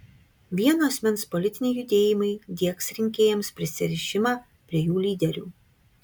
vieno asmens politiniai judėjimai diegs rinkėjams prisirišimą prie jų lyderių